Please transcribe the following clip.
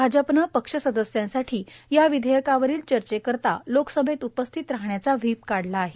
भाजपनं पक्ष सदस्यांसाठी या विधेयकावरील चर्चेकरता लोकसभैत उपस्थित राहण्याचा व्हीप काढला आहे